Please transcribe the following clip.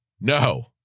No